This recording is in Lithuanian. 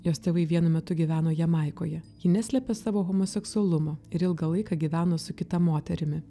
jos tėvai vienu metu gyveno jamaikoje ji neslėpė savo homoseksualumo ir ilgą laiką gyveno su kita moterimi